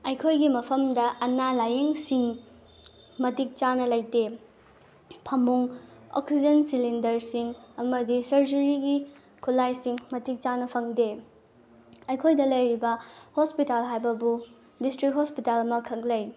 ꯑꯩꯈꯣꯏꯒꯤ ꯃꯐꯝꯗ ꯑꯅꯥ ꯂꯥꯏꯌꯦꯡꯁꯤꯡ ꯃꯇꯤꯛ ꯆꯥꯅ ꯂꯩꯇꯦ ꯐꯃꯨꯡ ꯑꯣꯛꯁꯤꯖꯦꯟ ꯁꯤꯂꯤꯟꯗꯔꯁꯤꯡ ꯑꯃꯗꯤ ꯁꯔꯖꯔꯤꯒꯤ ꯈꯨꯠꯂꯥꯏꯁꯤꯡ ꯃꯇꯤꯛ ꯆꯥꯅ ꯐꯪꯗꯦ ꯑꯩꯈꯣꯏꯗ ꯂꯩꯔꯤꯕ ꯍꯣꯁꯄꯤꯇꯥꯜ ꯍꯥꯏꯕꯕꯨ ꯗꯤꯁꯇ꯭ꯔꯤꯛ ꯍꯣꯁꯄꯤꯇꯥꯜ ꯑꯃꯈꯛ ꯂꯩ